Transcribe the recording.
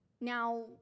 Now